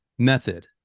method